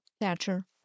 Thatcher